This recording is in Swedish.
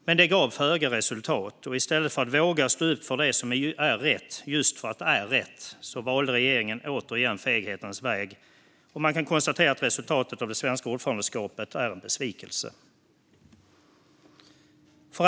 Detta gav dock föga resultat, och i stället för att våga stå upp för det som är rätt just för att det är rätt valde regeringen återigen feghetens väg, och man kan konstatera att resultatet av det svenska ordförandeskapet är en besvikelse.